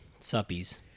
suppies